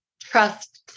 trust